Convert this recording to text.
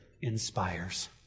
inspires